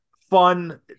fun